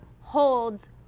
holds